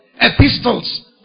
epistles